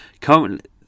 Currently